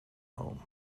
home